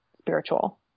spiritual